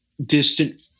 distant